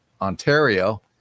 Ontario